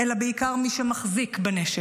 אלא בעיקר מי שמחזיק בנשק,